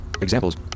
Examples